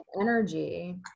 energy